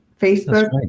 Facebook